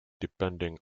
depending